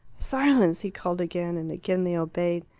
silence! he called again, and again they obeyed.